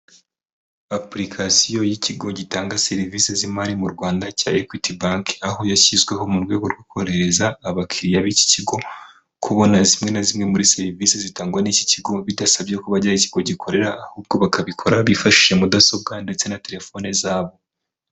Apulication y'ikigo gitanga serivisi z'imari mu Rwanda cya Equity bank, aho yashyizweho mu rwego rwo korohereza abakiriya b'iki kigo kubona zimwe na zimwe muri serivisi zitangwa n'iki kigo, bidasabye ko bajya aho iki kigo gikorera, ahubwo bakabikora bifashishije mudasobwa ndetse na telefone zabo.